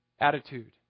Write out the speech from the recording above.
attitude